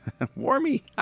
warmy